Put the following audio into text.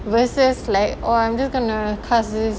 versus like oh I'm just going to cast this